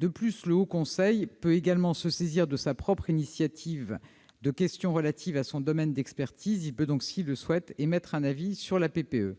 De plus, le Haut Conseil peut également se saisir sur sa propre initiative des questions relatives à son domaine d'expertise. Par conséquent, il peut s'il le souhaite émettre un avis sur la PPE.